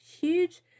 huge